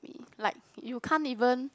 like you can't even